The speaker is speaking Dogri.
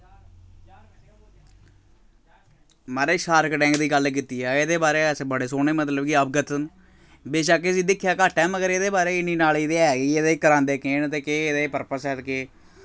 महाराज शार्क टैंक दी गल्ल कीती जाए एह्दे बारे अस बड़े सोह्ने मतलब कि अवगत न बेशक्क इसी दिक्खेआ घट्ट ऐ मगर एह्दे बारे च इ'न्नी नालेज ते ऐ ही ऐ एह्दे च करांदे केह् न ते केह् एह्दे च पर्पज ऐ ते के